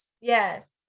Yes